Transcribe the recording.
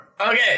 Okay